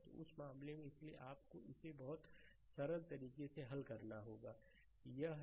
तो उस मामले में इसलिए आपको इसे बहुत सरल तरीके से हल करना होगा यह है